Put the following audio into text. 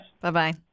Bye-bye